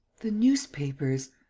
the newspapers.